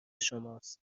شماست